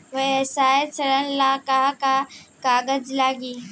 व्यवसाय ऋण ला का का कागज लागी?